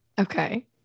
Okay